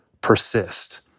persist